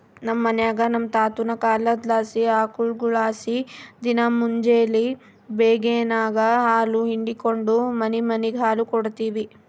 ನಮ್ ಮನ್ಯಾಗ ನಮ್ ತಾತುನ ಕಾಲದ್ಲಾಸಿ ಆಕುಳ್ಗುಳಲಾಸಿ ದಿನಾ ಮುಂಜೇಲಿ ಬೇಗೆನಾಗ ಹಾಲು ಹಿಂಡಿಕೆಂಡು ಮನಿಮನಿಗ್ ಹಾಲು ಕೊಡ್ತೀವಿ